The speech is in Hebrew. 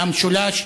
מהמשולש.